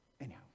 anyhow